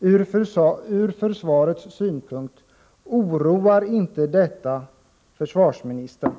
Oroar inte detta försvarsministern — ur försvarets synpunkt?